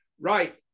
right